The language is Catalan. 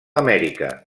amèrica